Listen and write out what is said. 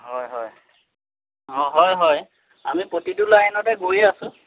হয় হয় অঁ হয় হয় আমি প্ৰতিটো লাইনতে গৈয়ে আছোঁ